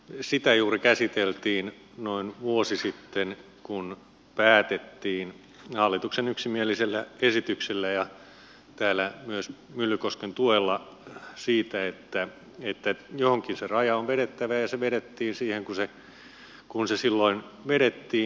sitä juuri käsiteltiin noin vuosi sitten kun päätettiin hallituksen yksimielisellä esityksellä ja täällä myös myllykosken tuella siitä että johonkin se raja on vedettävä ja se vedettiin siihen mihin se silloin vedettiin